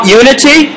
unity